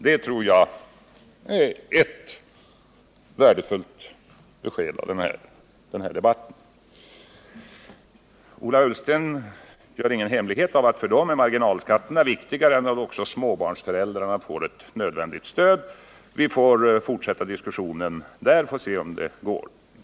Det var ett värdefullt besked under denna debatt. Ola Ullsten gör ingen hemlighet av att marginalskatterna för folkpartiet är viktigare än att småbarnsföräldrarna får ett nödvändigt stöd. Vi får väl fortsätta den diskussionen och se hur det går.